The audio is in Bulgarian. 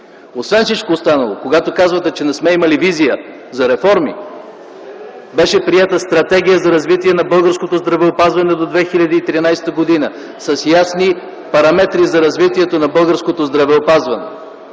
Освен всичко останало, когато казвате, че не сме имали визия за реформи, беше приета Стратегия за развитие на българското здравеопазване до 2013 г. с ясни параметри за развитието на българското здравеопазване.